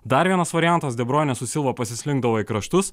dar vienas variantas de bruyne su silva pasislinkdavo į kraštus